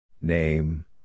Name